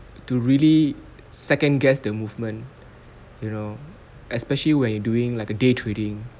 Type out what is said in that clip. to really second guess the movement you know especially when you're doing like a day trading